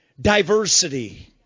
diversity